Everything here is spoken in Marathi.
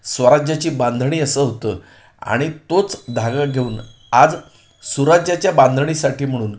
स्वराज्याची बांधणी असं होतं आणि तोच धागा घेऊन आज सुराज्याच्या बांधणीसाठी म्हणून